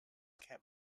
kept